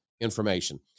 information